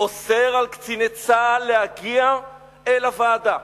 אוסר על קציני צה"ל להגיע אל הוועדה.